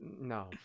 No